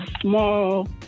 small